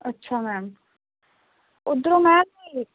ਅੱਛਾ ਮੈਮ ਉਧਰੋਂ ਮੈਮ